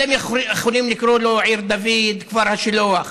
אתם יכולים לקרוא לו עיר דוד, כפר השילוח.